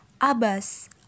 Abbas